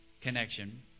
connection